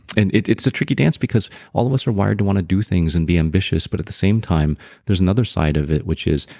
and it's a tricky dance because all of us are wired to want to do things and be ambitious but at the same time there's another side of it, which is,